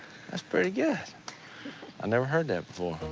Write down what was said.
that's pretty good. i never heard that before.